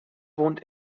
wohnt